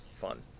fun